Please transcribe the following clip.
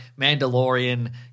Mandalorian